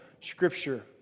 Scripture